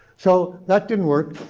so that didn't work.